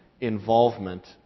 involvement